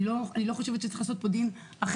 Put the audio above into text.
אני לא חושבת שצריך לעשות פה דין אחר.